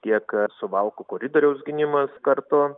tiek suvalkų koridoriaus gynimas kartu